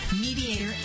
mediator